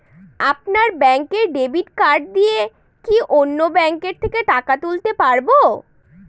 আপনার ব্যাংকের debit card দিয়ে কি অন্য ব্যাংকের থেকে টাকা তুলতে পারবো?